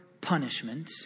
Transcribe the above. punishment